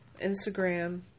Instagram